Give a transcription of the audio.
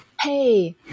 hey